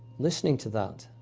listening to that,